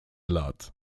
lat